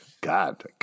God